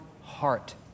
heart